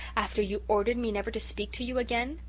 after you ordered me never to speak to you again?